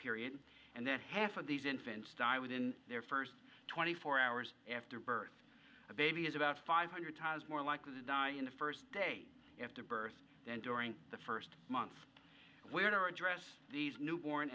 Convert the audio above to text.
period and then half of these infants die within their first twenty four hours after birth the baby is about five hundred times more likely to die in the first day after birth during the first months when our address newborn